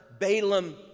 Balaam